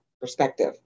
perspective